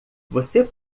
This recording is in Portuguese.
você